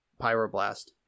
Pyroblast